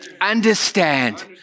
understand